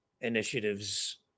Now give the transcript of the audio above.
initiatives